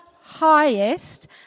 highest